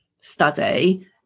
study